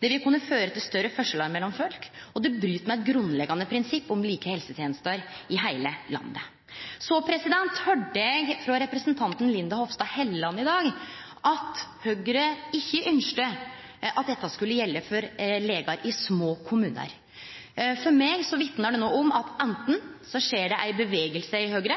Det vil kunne føre til større forskjellar mellom folk, og det bryt med eit grunnleggjande prinsipp om like helsetenester i heile landet. Så høyrde eg frå representanten Linda Hofstad Helleland i dag at Høgre ikkje ønskte at dette skulle gjelde for legar i små kommunar. For meg vitnar det no om at anten så skjer det ein bevegelse i Høgre,